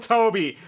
Toby